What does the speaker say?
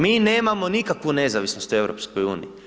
Mi nemamo nikakvu nezavisnost u EU.